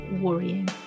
worrying